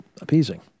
appeasing